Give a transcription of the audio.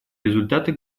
результаты